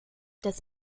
des